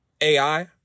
AI